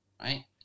right